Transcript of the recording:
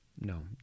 No